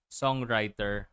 songwriter